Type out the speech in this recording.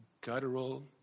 guttural